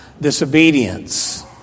disobedience